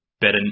better